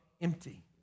empty